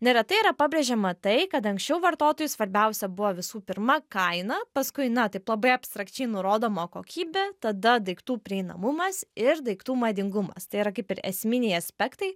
neretai yra pabrėžiama tai kad anksčiau vartotojui svarbiausia buvo visų pirma kaina paskui na taip labai abstrakčiai nurodoma kokybė tada daiktų prieinamumas ir daiktų madingumas tai yra kaip ir esminiai aspektai